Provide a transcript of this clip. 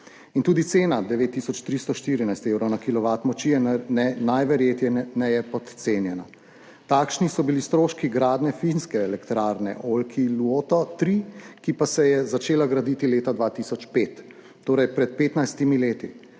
Tudi cena 9 tisoč 314 evrov na kilovat moči je najverjetneje podcenjena. Takšni so bili stroški gradnje finske elektrarne Olkiluoto 3, ki pa se je začela graditi leta 2005, torej pred 15 leti.